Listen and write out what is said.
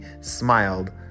smiled